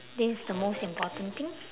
this is the most important thing